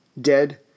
dead